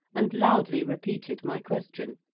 and loudly repeated my question,